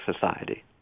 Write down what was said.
society